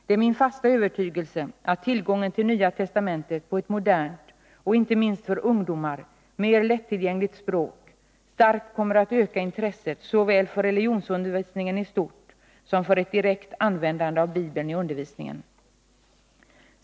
Det är min fasta övertygelse att tillgången till Nya testamentet på ett modernt och, inte minst för ungdomar, mer lättillgängligt språk starkt kommer att öka intresset såväl för religionsundervisningen i stort som för ett direkt användande av Bibeln i undervisningen.